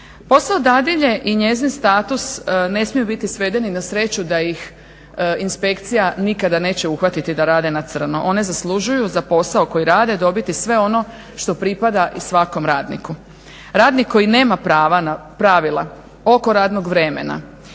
Posao dadilje i njezin status ne smiju biti svedeni na sreću da ih inspekcija nikada neće uhvatiti da rede na crno, one zaslužuju za posao koji rade dobiti sve ono što pripada i svakom radniku. Radnik koji nema prava na pravila oko radnog vremena,